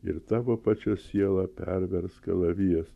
ir tavo pačios sielą pervers kalavijas